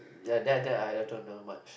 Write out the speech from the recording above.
ya that that I don't know much